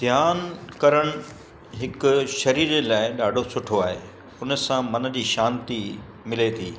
ध्यानु करण हिकु सरीर लाइ ॾाढो सुठो आहे हुन सां मन जी शांति मिले थी